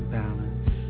balance